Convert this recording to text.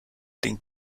ding